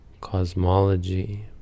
cosmology